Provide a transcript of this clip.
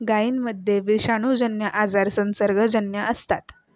गायींमध्ये विषाणूजन्य आजार संसर्गजन्य असतात